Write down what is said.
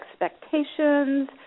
expectations